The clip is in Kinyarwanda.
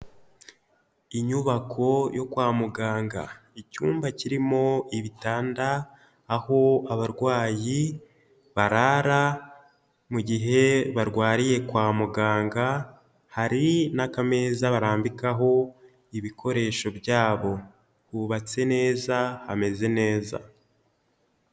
Inyubako yo kwa muganga. Icyumba kirimo ibitanda, aho abarwayi barara mu gihe barwariye kwa muganga, hari n'akameza barambikaho ibikoresho byabo. Hubatse neza, hameze neza.